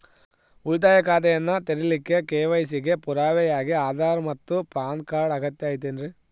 ಉಳಿತಾಯ ಖಾತೆಯನ್ನ ತೆರಿಲಿಕ್ಕೆ ಕೆ.ವೈ.ಸಿ ಗೆ ಪುರಾವೆಯಾಗಿ ಆಧಾರ್ ಮತ್ತು ಪ್ಯಾನ್ ಕಾರ್ಡ್ ಅಗತ್ಯ ಐತೇನ್ರಿ?